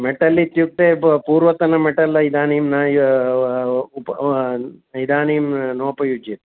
metal इत्युक्ते पूर्वतनं metal इदानीं न इदानीं नोपयुज्यते